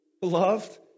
beloved